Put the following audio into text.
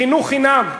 חינוך חינם,